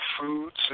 foods